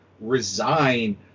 resign